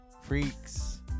freaks